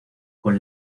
con